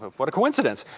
what a coincidence.